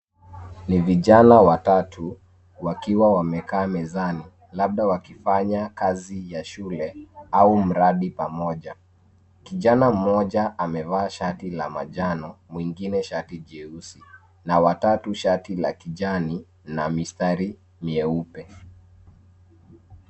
Ni vijana watatu wakiwa wamekaa mezani, labda wakifanya kazi ya shule au mradi pamoja. Kijana mmoja amevaa shati la manjano, mwingine shati jeusi na wa tatu shati la kijani na mistari mieupe.